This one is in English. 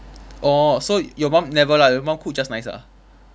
orh so your mum never lah your mum cook just nice ah